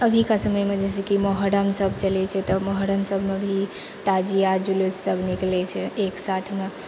अभीके समयमे जैसे कि मोहर्रम सभ चलै छै तऽ मोहर्रम सभमे भी ताजिया जुलूस सभ निकलै छै एकसाथमे